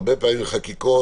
הרבה פעמים בחקיקות,